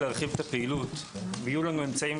להרחיב את הפעילות הזו ויהיו לנו אמצעים